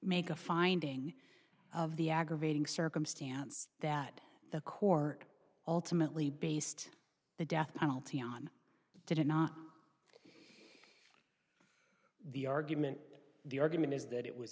make a finding of the aggravating circumstance that the court ultimately based the death penalty on did it not the argument the argument is that it was